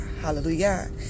hallelujah